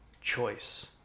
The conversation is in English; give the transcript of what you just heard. choice